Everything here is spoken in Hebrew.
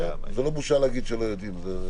זו לא בושה להגיד שלא יודעים.